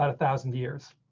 ah thousand years